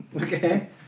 Okay